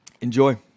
Enjoy